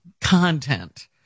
content